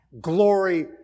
Glory